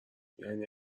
یعنی